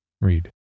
Read